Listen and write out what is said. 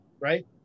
Right